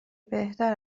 بهتر